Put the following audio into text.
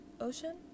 ocean